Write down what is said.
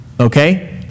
okay